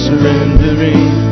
surrendering